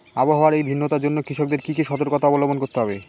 আবহাওয়ার এই ভিন্নতার জন্য কৃষকদের কি কি সর্তকতা অবলম্বন করতে হবে?